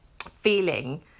feeling